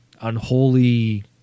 unholy